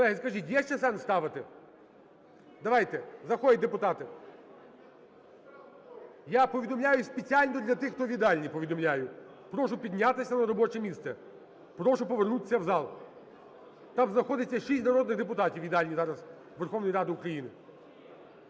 колеги, скажіть, є ще сенс ставити? Давайте, заходять депутати. Я повідомляю спеціально для тих, хто в їдальні. Повідомляю: прошу піднятися на робоче місце, прошу повернутися в зал. Там знаходиться 6 народних депутатів, в їдальні зараз Верховної Ради України.